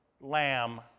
lamb